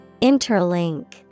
Interlink